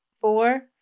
four